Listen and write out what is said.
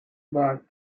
birth